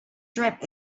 drip